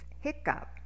hiccup